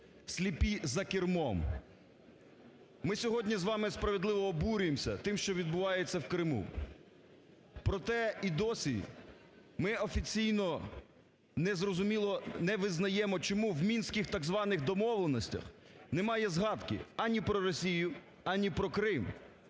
"Сліпі за кермом". Ми сьогодні з вами справедливо обурюємося тим, що відбувається у Криму. Проте і досі ми офіційно не зрозуміло… не визнаємо, чому в Мінських так званих "домовленостях" немає згадки ані про Росію, ані про Крим.